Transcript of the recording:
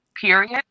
period